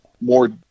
more